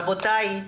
רבותי,